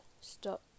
stop